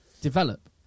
develop